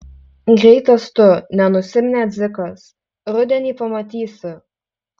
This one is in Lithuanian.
greitas tu nenusiminė dzikas rudenį pamatysi